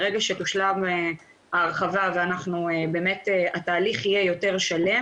ברגע שתושלם ההרחבה והתהליך יהיה יותר שלם